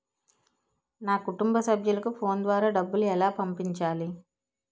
నా కుటుంబ సభ్యులకు ఫోన్ ద్వారా డబ్బులు ఎలా పంపించాలి?